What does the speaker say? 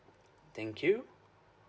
thank you